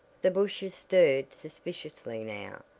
the bushes stirred suspiciously now,